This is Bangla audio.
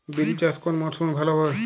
বিরি চাষ কোন মরশুমে ভালো হবে?